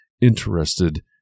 interested